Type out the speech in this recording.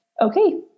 Okay